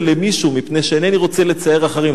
למישהו מפני שאינני רוצה לצער אחרים",